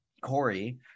Corey